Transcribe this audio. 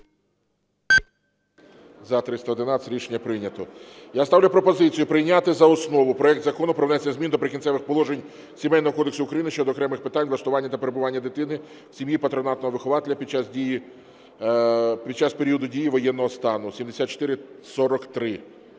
За-311 Рішення прийнято. Я ставлю пропозицію прийняти за основу проект Закону про внесення змін до Прикінцевих положень Сімейного кодексу України (щодо окремих питань влаштування та перебування дитини в сім’ї патронатного вихователя під час періоду дії воєнного стану) (7443).